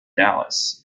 dallas